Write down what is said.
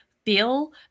feel